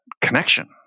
connection